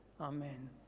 Amen